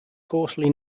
coarsely